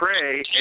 pray